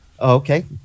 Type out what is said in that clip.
Okay